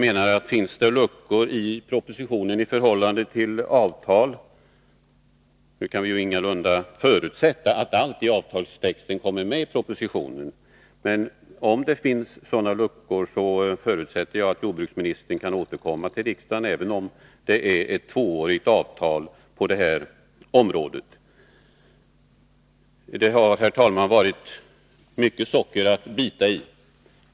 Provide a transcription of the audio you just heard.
Finns det några luckor i propositionen i förhållande till avtal — vi kan dock ingalunda förutsätta att allt i avtalstexten kommer med i propositionen —, förutsätter jag att jordbruksministern kan återkomma till riksdagen, även om det är ett tvåårigt avtal på detta område. Det har varit mycket socker att bita i, herr talman.